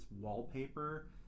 wallpaper